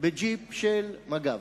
בג'יפ של מג"ב.